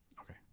Okay